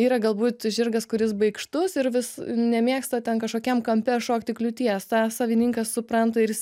yra galbūt žirgas kuris baikštus ir vis nemėgsta ten kažkokiam kampe šokti kliūties savininkas supranta ir jis